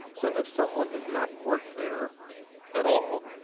so if someone has not worked there at all,